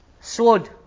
sword